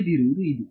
ಉಳಿದಿರುವುದು ಇದು